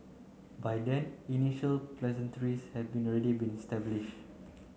by then initial had already been establish